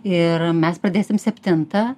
ir mes pradėsim septintą